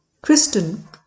Kristen